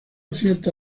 cierta